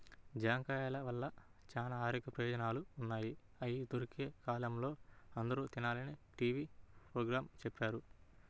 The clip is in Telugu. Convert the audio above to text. జాంకాయల వల్ల చానా ఆరోగ్య ప్రయోజనాలు ఉన్నయ్, అయ్యి దొరికే కాలంలో అందరూ తినాలని టీవీ పోగ్రాంలో చెప్పారు